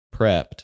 prepped